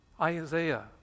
Isaiah